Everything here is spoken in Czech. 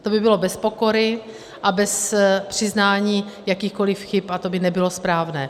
To by bylo bez pokory a bez přiznání jakýchkoli chyb, a to by nebylo správné.